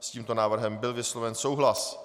S tímto návrhem byl vysloven souhlas.